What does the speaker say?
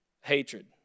Hatred